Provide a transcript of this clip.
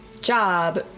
job